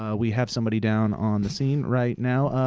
ah we have somebody down on the scene right now.